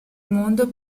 mondo